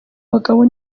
bagabo